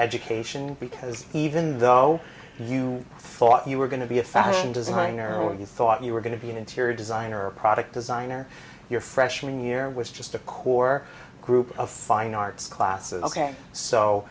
education because even though you thought you were going to be a fashion designer when you thought you were going to be an interior designer or a product designer your freshman year was just a core group of fine arts classes ok so